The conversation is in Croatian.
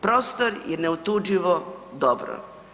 Prostor je neotuđivo dobro.